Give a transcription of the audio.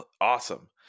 awesome